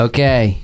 Okay